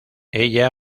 ella